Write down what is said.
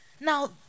Now